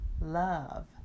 love